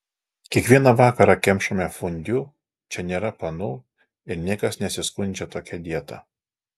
kiekvieną vakarą kemšame fondiu čia nėra panų ir niekas nesiskundžia tokia dieta